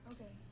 Okay